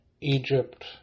Egypt